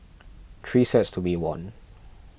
three sets to be won